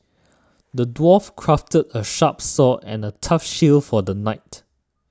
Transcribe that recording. the dwarf crafted a sharp sword and a tough shield for the knight